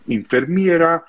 infermiera